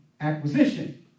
acquisition